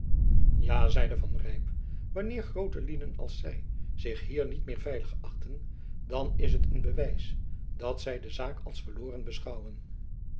ja zeide van rijp wanneer groote lieden als zy zich hier niet veilig achten dan is het een bewijs dat zy de zaak als verloren beschouwen